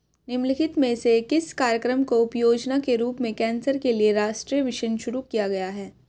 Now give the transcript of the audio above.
निम्नलिखित में से किस कार्यक्रम को उपयोजना के रूप में कैंसर के लिए राष्ट्रीय मिशन शुरू किया गया है?